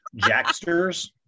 Jacksters